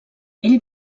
ell